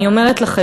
אני אומרת לכם.